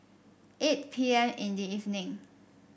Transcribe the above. eight P M in the evening